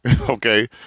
Okay